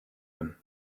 him